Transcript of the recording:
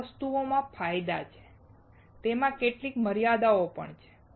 દરેક વસ્તુમાં ફાયદા છે તેમાં કેટલીક મર્યાદાઓ પણ હશે